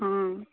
ହଁ